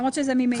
זה ממילא חל.